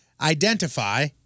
identify